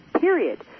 period